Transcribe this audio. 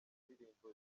indirimbo